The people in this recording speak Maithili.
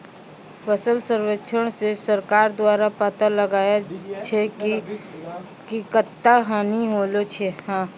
फसल सर्वेक्षण से सरकार द्वारा पाता लगाय छै कि कत्ता हानि होलो छै